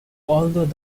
although